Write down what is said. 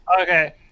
Okay